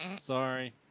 Sorry